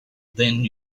then